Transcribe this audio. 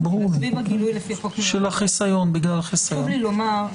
חשוב לי לומר,